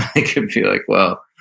i could be like, well,